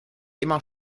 immer